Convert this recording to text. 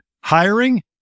Hiring